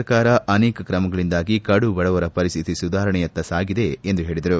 ಸರ್ಕಾರ ಅನೇಕ ಕ್ರಮಗಳಿಂದಾಗಿ ಕಡು ಬಡವರ ಪರಿಸ್ತಿತಿ ಸುಧಾರಣೆಯತ್ತ ಸಾಗಿದೆ ಎಂದು ಹೇಳಿದರು